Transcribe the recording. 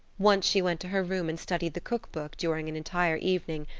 once she went to her room and studied the cookbook during an entire evening,